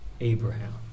Abraham